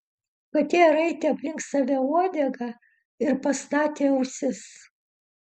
katė raitė aplink save uodegą ir pastatė ausis